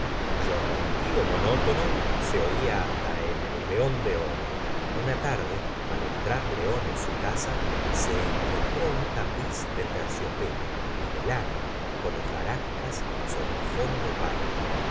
cuyo ronquido monotono se oía hasta en el león de oro una tarde al entrar león en su casa se encontró un tapiz de terciopelo y de lana con hojarascas sobre fondo pálido